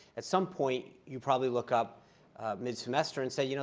at some point, you probably look up mid-semester and say, you know,